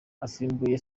asimbuye